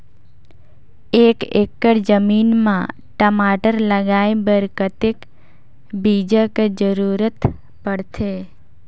एक एकड़ जमीन म टमाटर लगाय बर कतेक बीजा कर जरूरत पड़थे?